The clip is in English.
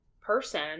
person